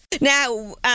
Now